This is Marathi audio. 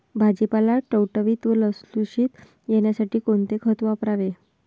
भाजीपाला टवटवीत व लुसलुशीत येण्यासाठी कोणते खत वापरावे?